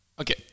Okay